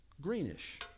greenish